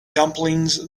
dumplings